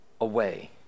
away